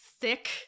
thick